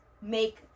make